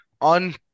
on